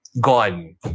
gone